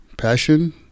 Passion